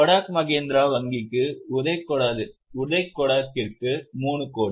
கோடக் மஹிந்திரா வங்கிக்கு உதய் கோடக்கிற்கு 3 கோடி